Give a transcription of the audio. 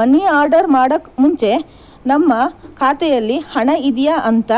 ಮನಿ order ಮಾಡಕ್ಕೆ ಮುಂಚೆ ನಮ್ಮ ಖಾತೆಯಲ್ಲಿ ಹಣ ಇದಿಯಾ ಅಂತ